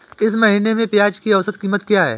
इस महीने में प्याज की औसत कीमत क्या है?